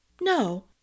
no